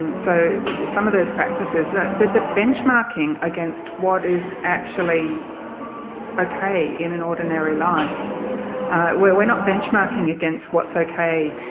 and so some of those practices the benchmarking against what is actually okay in an ordinary life, where we're not benchmarking against what's okay